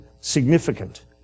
significant